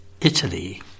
Italy